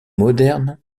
moderne